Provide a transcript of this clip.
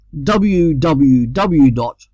www